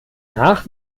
nach